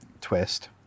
twist